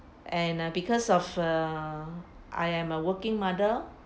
and uh because of a I am a working mother